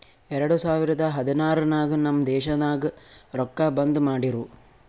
ಎರಡು ಸಾವಿರದ ಹದ್ನಾರ್ ನಾಗ್ ನಮ್ ದೇಶನಾಗ್ ರೊಕ್ಕಾ ಬಂದ್ ಮಾಡಿರೂ